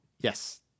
Yes